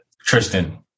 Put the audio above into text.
Tristan